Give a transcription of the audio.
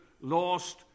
lost